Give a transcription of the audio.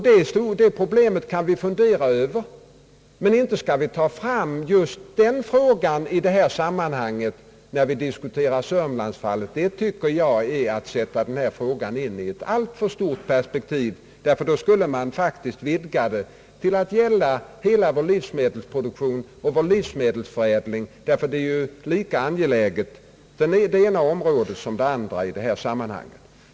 Det problemet kan vi fundera över, men inte skall vi ta fram just den frågan i det sammanhang då vi diskuterar det s.k. sörmlandsfallet. Det tycker jag är att sätta in denna fråga i ett alltför stort perspektiv. Då skulle man faktiskt vidga den till att gälla hela vår livsmedelsproduktion och vår livsmedelsförädling, ty det ena området är ju lika viktigt som det andra.